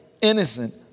innocent